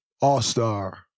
all-star